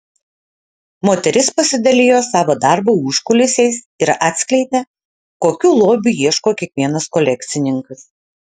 moteris pasidalijo savo darbo užkulisiais ir atskleidė kokių lobių ieško kiekvienas kolekcininkas